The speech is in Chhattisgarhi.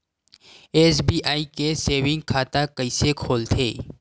एस.बी.आई के सेविंग खाता कइसे खोलथे?